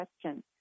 question